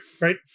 Right